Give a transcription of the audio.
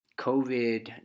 covid